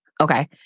Okay